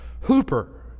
Hooper